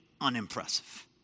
unimpressive